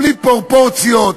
בלי פרופורציות,